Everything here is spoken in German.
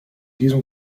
diesem